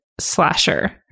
slasher